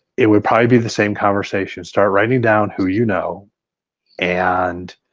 it would probably be the same conversation start writing down who you know and